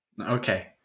Okay